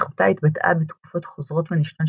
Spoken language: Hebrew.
נכותה התבטאה בתקופות חוזרות ונשנות